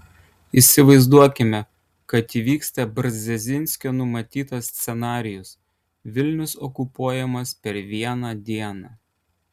įsivaizduokime kad įvyksta brzezinskio numatytas scenarijus vilnius okupuojamas per vieną dieną